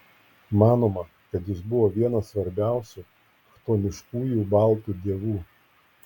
manoma kad jis buvo vienas svarbiausių chtoniškųjų baltų dievų